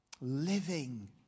living